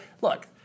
look